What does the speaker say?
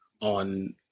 on